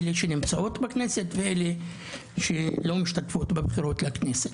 אלה שנמצאות בכנסת ואלה שלא משתתפות בבחירות לכנסת.